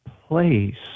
place